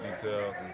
details